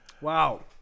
Wow